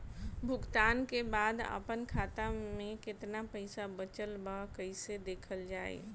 भुगतान के बाद आपन खाता में केतना पैसा बचल ब कइसे देखल जाइ?